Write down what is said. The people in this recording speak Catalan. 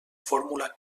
fórmula